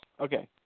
Okay